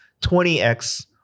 20x